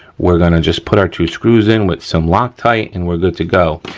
we're gonna just put our two screws in with some loctite and we're good to go.